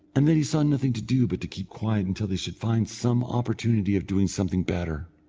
and that he saw nothing to do but to keep quiet until they should find some opportunity of doing something better.